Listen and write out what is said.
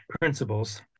principles